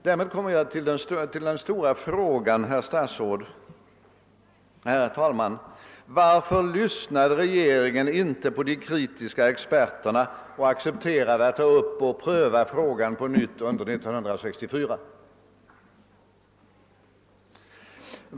Därmed kommer jag till den stora frågan, herr talman: Varför lyssnade regeringen inte på de kritiska experterna och accepterade att pröva frågan på nytt under år 1964?